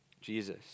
Jesus